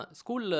school